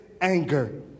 anger